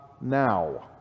now